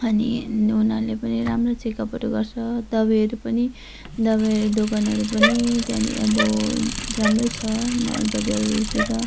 अनि उनीहरूले पनि राम्रो चेकअपहरू गर्छ दबाईहरू पनि दबाईहरू दोकानहरू पनि त्यहाँनेर अब राम्रै छ मालबजारहरूतिर